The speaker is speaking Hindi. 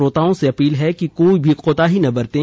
श्रोताओं से अपील है कि कोई भी कोताही न बरतें